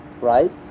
right